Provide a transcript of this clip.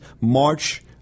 March